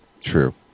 true